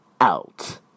out